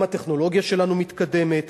גם הטכנולוגיה שלנו מתקדמת,